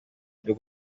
byo